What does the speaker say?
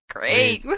Great